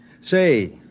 Say